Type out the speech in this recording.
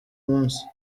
munsi